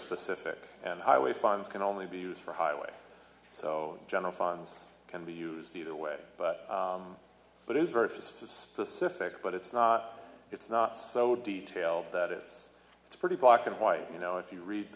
specific and highway funds can only be used for highway so general funds can be used either way but is very few spaces specific but it's not it's not so detail that it's it's pretty black and white you know if you read